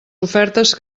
ofertes